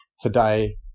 today